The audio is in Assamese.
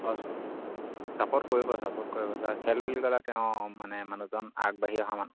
ছাপ'ৰ্ট কৰিব ছাপ'ৰ্ট কৰিব ছাৰ খেল বুলি ক'লে তেওঁ মানে মানুহজন আগবাঢ়ি অহা মানুহ